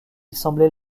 semblait